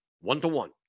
one-to-one